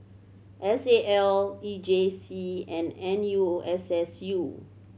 S A L E J C and N U S S U